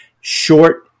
short